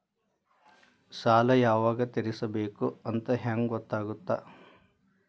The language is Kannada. ಸಾಲ ಯಾವಾಗ ತೇರಿಸಬೇಕು ಅಂತ ಹೆಂಗ್ ಗೊತ್ತಾಗುತ್ತಾ?